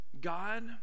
God